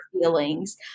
feelings